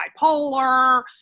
bipolar